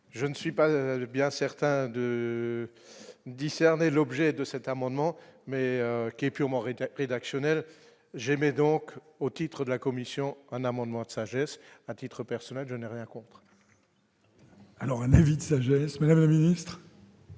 je ne suis pas bien certains de discerner l'objet de cet amendement, mais qui est purement Redjep rédactionnelle j'aimais donc au titre de la commission, un amendement de sagesse à titre personnel, je n'ai rien compris. Alors elle invite sa jeunesse, Madame la Ministre.